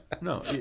no